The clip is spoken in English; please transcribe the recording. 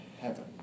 heaven